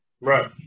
Right